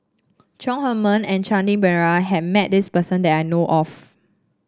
Chong Heman and Shanti Pereira had met this person that I know of